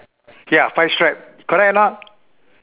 ya five stripe correct or not